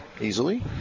easily